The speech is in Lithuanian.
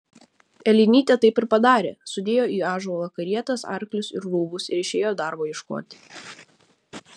elenytė taip ir padarė sudėjo į ąžuolą karietas arklius ir rūbus ir išėjo darbo ieškoti